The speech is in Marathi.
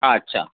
अच्छा